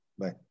Bye